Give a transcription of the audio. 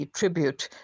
tribute